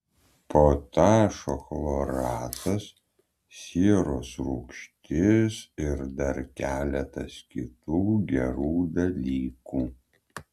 potašo chloratas sieros rūgštis ir dar keletas kitų gerų dalykų